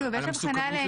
על המסוכנות לציבור?